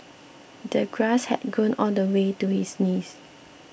the grass had grown all the way to his knees